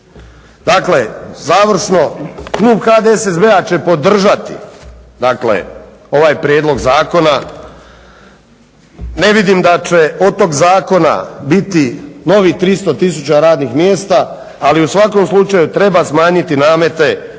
Dakle završno. Klub HDSSB-a će podržati, dakle ovaj prijedlog zakona. Ne vidim da će od tog zakona biti novih 300000 radnih mjesta, ali u svakom slučaju treba smanjiti namete koji